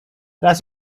raz